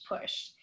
push